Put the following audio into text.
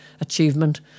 achievement